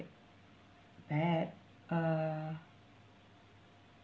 bad uh